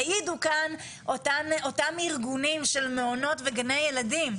יעידו כאן אותם ארגונים של מעונות וגני ילדים.